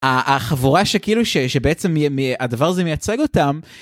ה...החבורה שכאילו..ש..ש... בעצם אהמ... הדבר הזה מייצג אותם.